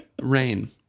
Rain